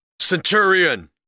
Centurion